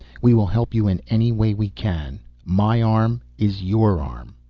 we will help you in any way we can. my arm is your arm.